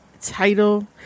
title